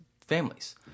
families